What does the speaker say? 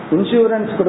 Insurance